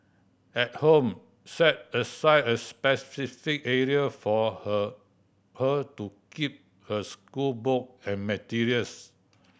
at home set aside a specific area for her her to keep her schoolbook and materials